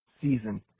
season